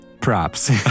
props